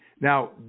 Now